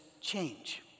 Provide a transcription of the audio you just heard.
change